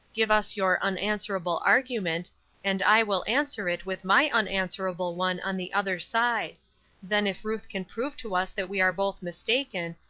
give us your unanswerable argument and i will answer it with my unanswerable one on the other side then if ruth can prove to us that we are both mistaken,